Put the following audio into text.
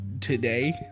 today